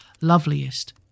loveliest